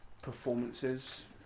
Performances